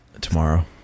Tomorrow